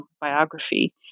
biography